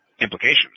implications